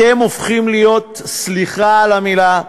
אתם הופכים להיות, סליחה על המילה,